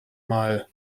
mal